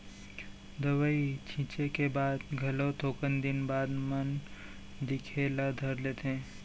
दवई छींचे के बाद घलो थोकन दिन बाद म बन दिखे ल धर लेथे